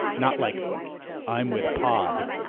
not like i'm with pod,